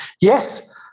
Yes